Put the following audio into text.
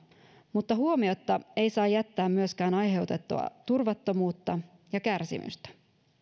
mutta huomiotta ei saa jättää myöskään aiheutettua turvattomuutta ja kärsimystä